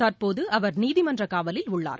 தற்போதுஅவர் நீதிமன்றகாவலில் உள்ளார்